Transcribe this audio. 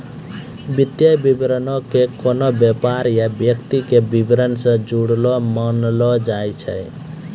वित्तीय विवरणो के कोनो व्यापार या व्यक्ति के विबरण से जुड़लो मानलो जाय छै